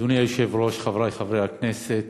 אדוני היושב-ראש, חברי חברי הכנסת,